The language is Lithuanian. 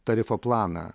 tarifo planą